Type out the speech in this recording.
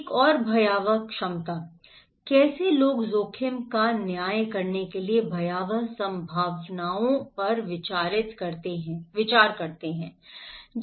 एक और भयावह क्षमता कैसे लोग जोखिम का न्याय करने के लिए भयावह संभावनाओं पर विचार करते हैं